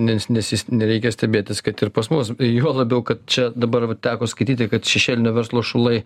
nes nesis nereikia stebėtis kad ir pas mus juo labiau kad čia dabar va teko skaityti kad šešėlinio verslo šulai